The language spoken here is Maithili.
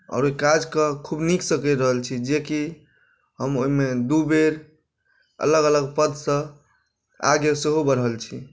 आओर ओहि काजकेँ खूब नीकसँ करि रहल छी जेकि हम ओहिमे दू बेर अलग अलग पदसँ आगे सेहो बढ़ल छी